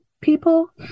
people